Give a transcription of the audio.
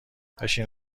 بشین